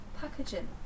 packaging